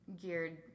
geared